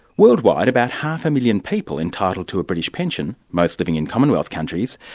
worldwide, about half a million people entitled to a british pension, most living in commonwealth countries,